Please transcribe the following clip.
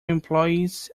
employees